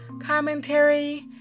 commentary